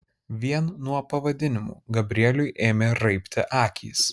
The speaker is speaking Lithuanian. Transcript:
vien nuo pavadinimų gabrieliui ėmė raibti akys